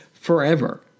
forever